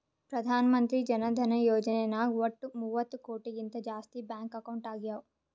ಪ್ರಧಾನ್ ಮಂತ್ರಿ ಜನ ಧನ ಯೋಜನೆ ನಾಗ್ ವಟ್ ಮೂವತ್ತ ಕೋಟಿಗಿಂತ ಜಾಸ್ತಿ ಬ್ಯಾಂಕ್ ಅಕೌಂಟ್ ಆಗ್ಯಾವ